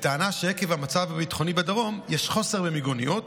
בטענה שעקב המצב הביטחוני בדרום יש חוסר במיגוניות,